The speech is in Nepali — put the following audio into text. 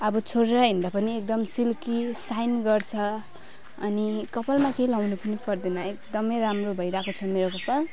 अब छोडेर हिँँड्दा पनि एकदम सिल्की साइन गर्छ अनि कपालमा केही लगाउनु पनि पर्दैन एकदम राम्रो भइरहेको छ मेरो कपाल